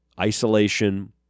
Isolation